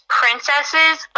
princesses